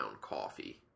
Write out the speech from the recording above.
coffee